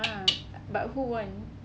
!wah! but who won